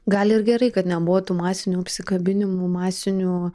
gal ir gerai kad nebuvo tų masinių apsikabinimų masinių